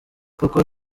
koko